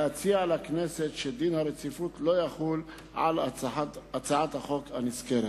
להציע לכנסת שדין הרציפות לא יחול על הצעת החוק הנזכרת.